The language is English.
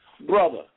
brother